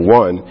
one